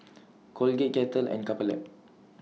Colgate Kettle and Couple Lab